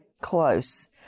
close